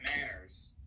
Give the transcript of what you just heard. manners